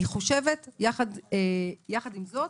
יחד עם זאת,